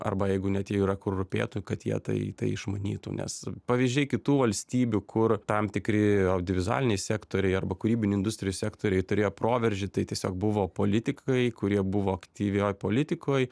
arba jeigu net jei yra kur rūpėtų kad jie tai išmanytų nes pavyzdžiai kitų valstybių kur tam tikri audiovizualiniai sektoriai arba kūrybinių industrijų sektoriai turėjo proveržį tai tiesiog buvo politikai kurie buvo aktyvioj politikoj